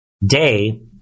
day